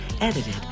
edited